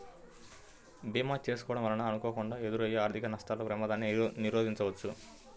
భీమా చేసుకోడం వలన అనుకోకుండా ఎదురయ్యే ఆర్థిక నష్టాల ప్రమాదాన్ని నిరోధించవచ్చు